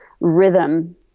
rhythm